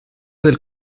del